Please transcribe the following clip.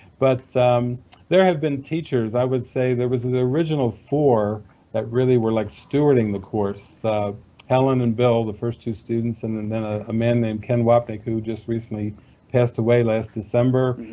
but there have been teachers. i would say there were the the original four that really were like stewarding the course helen and bill, the first two students, and and then a man named ken wapnick who just recently passed away last december,